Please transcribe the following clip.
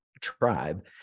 tribe